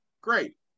great